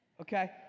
Okay